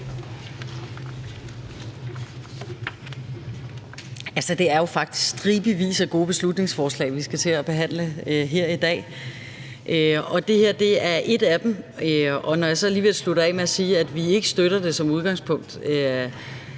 Det er jo faktisk stribevis af gode beslutningsforslag, vi skal behandle her i dag. Det her er et af dem, og når jeg så alligevel slutter med at sige, at vi som udgangspunkt